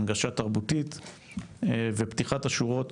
הנגשה תרבותית ופתיחת השורות